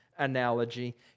analogy